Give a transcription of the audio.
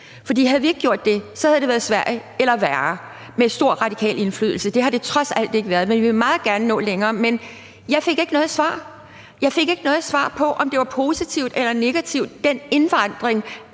For havde vi ikke gjort det, havde det været Sverige eller værre med stor radikal indflydelse. Det har det trods alt ikke været, men vi vil meget gerne nå længere. Men jeg fik ikke noget svar. Jeg fik ikke noget svar på, om den indvandring